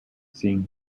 seeing